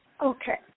Okay